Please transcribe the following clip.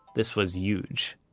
this was huge.